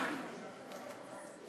קרן קיימת לישראל),